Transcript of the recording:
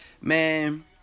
man